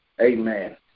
Amen